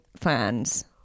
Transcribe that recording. fans